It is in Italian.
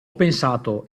pensato